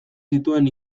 zituen